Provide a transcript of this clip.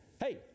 hey